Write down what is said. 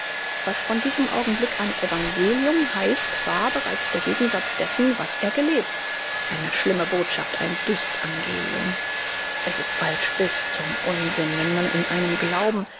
was von diesem augenblick an evangelium heißt war bereits der gegensatz dessen was er gelebt eine schlimme botschaft ein dysangelium es ist falsch bis zum unsinn wenn man in einem glauben